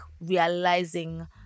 realizing